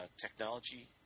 technology